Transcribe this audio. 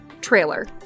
trailer